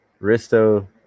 Risto